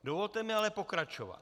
Dovolte mi ale pokračovat.